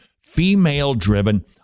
female-driven